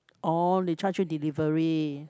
orh they charge you delivery